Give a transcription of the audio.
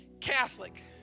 Catholic